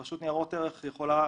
רשות ניירות ערך יכולה